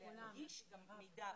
להנגיש מידע,